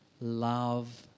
love